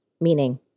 meaning